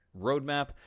roadmap